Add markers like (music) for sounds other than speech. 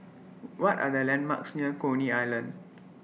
(noise) What Are The landmarks near Coney Island